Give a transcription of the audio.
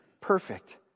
perfect